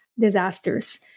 disasters